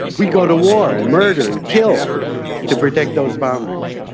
we go to war and murder and kill to protect those boundaries.